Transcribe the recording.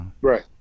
Right